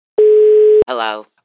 Hello